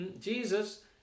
Jesus